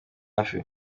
hafi